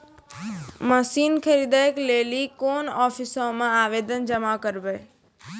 Machine खरीदै के लेली कोन आफिसों मे आवेदन जमा करवै?